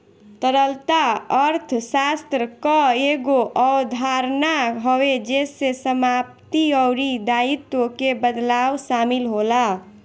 तरलता अर्थशास्त्र कअ एगो अवधारणा हवे जेसे समाप्ति अउरी दायित्व के बदलाव शामिल होला